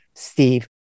Steve